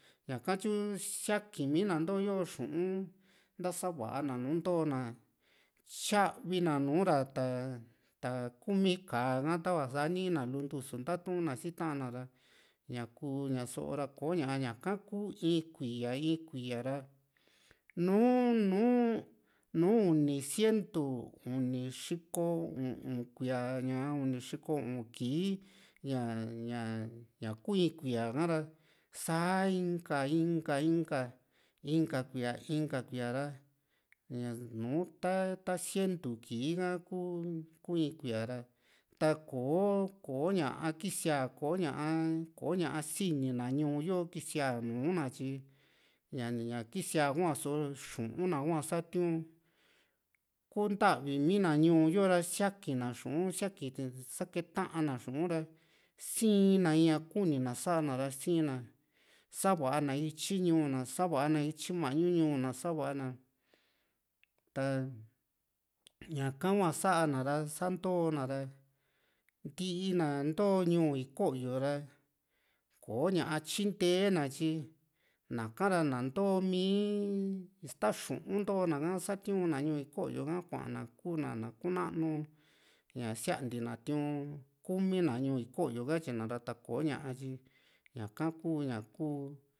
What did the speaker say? ñaka tyuu siakii mina na ntooyo xu´un ntasa va´a na nùù ntoona tyaavi na nuu´ra ta ta kumii ka´a ha tava sa´a nina lu ntusu ntatuna si ta´an na ra ñaku ña soo ra ko´ña ñaka kuu in kuía in kuía ra nu´nu nu uni sientu uni xiko u´un kuía ña uni xiko kii ña ña ña kuu in kuía ha´ra saa inka inka inka kuía inka kuía ra ña nùù ta ssientu kii ha ku ku in k,uía ra tako kò´o ña kisia ko´ña ko´ña sini na ñuu yo kisia nu´na tyi ña ña kisia hua so xu´un na hua satiu´n kuu ntavi mi na ñuu yo ra siaki na xu´un siaki sakete na xu´un ra sii na iña kuni na sa´na ra sii na sava na in ityi ñuu na sava na ityi mañu ñuu na sava na ta ñaka hua sa´na ra sa ntoona ra ntiina into ñuu iko´yo ra koña tyinte na tyi naka ra na ntoomi ista xu´un ntona satiu´na ñuu iko´yo ha kuana ku´na na kuu nanu ña siante na tiu´n kumi na ñuu iko´yo katyina ra ta ko´ña tyi ñaka ku ña kuu